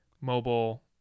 mobile